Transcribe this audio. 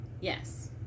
yes